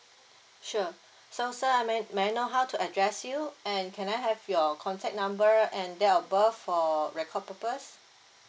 sure so sir I may may I know how to address you and can I have your contact number and date of birth for record purpose